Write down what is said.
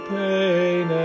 pain